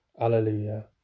Alleluia